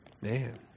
Man